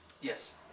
Yes